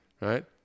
right